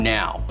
now